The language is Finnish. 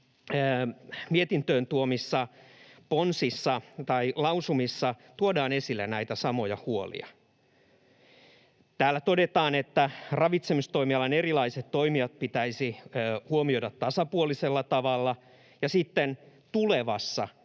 mietintöön tuomissa ponsissa tai lausumissa tuodaan esille näitä samoja huolia. Täällä todetaan, että ravitsemistoimialan erilaiset toimijat pitäisi huomioida tasapuolisella tavalla, ja sitten tulevassa — eli jälleen